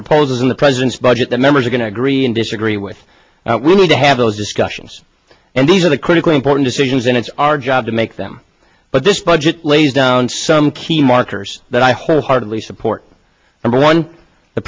proposals in the president's budget the members are going to agree and disagree with we need to have those discussions and these are the critically important decisions and it's our job to make them but this budget lays down some key markers that i wholeheartedly support and once the